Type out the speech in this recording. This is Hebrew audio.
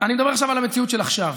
אני מדבר על המציאות של עכשיו,